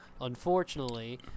unfortunately